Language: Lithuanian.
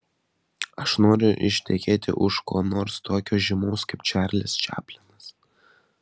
aš noriu ištekėti už ko nors tokio žymaus kaip čarlis čaplinas